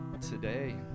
today